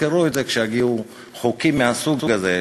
תזכרו את זה כשיגיעו חוקים מהסוג הזה,